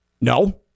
No